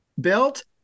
built